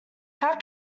how